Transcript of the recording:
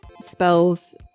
spells